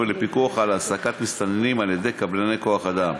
ולפיקוח על העסקת מסתננים על-ידי קבלני כוח-אדם.